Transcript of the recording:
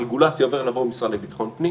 הרגולציה תעבור למשרד לביטחון הפנים.